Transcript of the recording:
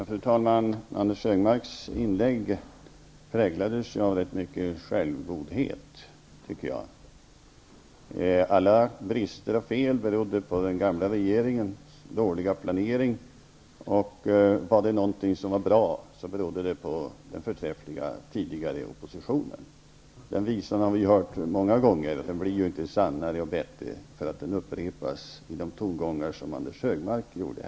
Fru talman! Anders G Högmarks inlägg präglades rätt mycket av självgodhet, tycker jag. Alla brister och fel berodde på den gamla regeringens dåliga planering. Var det något som var bra berodde det på den förträffliga tidigare oppositionen. Den visan har vi hört många gånger, men den blir inte bättre och sannare av att den upprepas i sådana tongångar som Anders G Högmark använde.